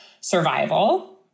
survival